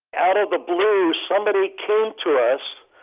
out of the blue, somebody came to us.